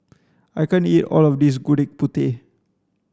I can't eat all of this gudeg putih